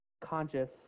conscious